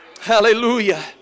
hallelujah